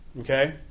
Okay